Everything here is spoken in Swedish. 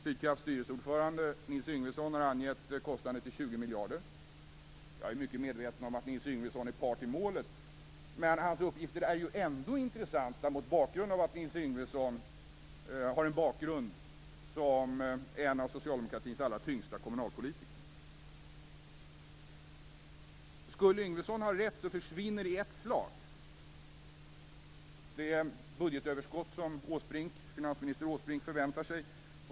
Sydkrafts styrelseordförande Nils Yngvesson har angivit kostnaden till 20 miljarder. Jag är mycket medveten om att Nils Yngvesson är part i målet, men hans uppgifter är ändå intressanta med tanke på att Nils Yngvesson har en bakgrund som en av socialdemokratins allra tyngsta kommunalpolitiker. Skulle Yngvesson ha rätt försvinner i ett slag det budgetöverskott som finansminister Åsbrink förväntar sig.